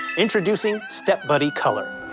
introducing step buddy color,